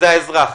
אלה האזרחים.